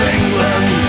England